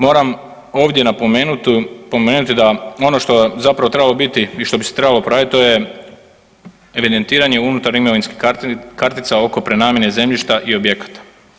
Moram ovdje napomenuti da ono što je zapravo trebalo biti i što bi se trebalo popraviti, a to je evidentiranje unutar imovinskih kartica oko prenamijene zemljišta i objekata.